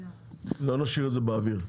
לא נשאיר את זה באוויר.